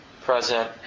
present